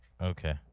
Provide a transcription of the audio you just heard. Okay